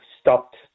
stopped